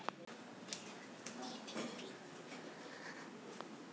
పత్తి మిరప పంటలను తెగులు కలగకుండా ఎలా జాగ్రత్తలు తీసుకోవాలి?